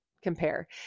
compare